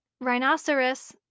rhinoceros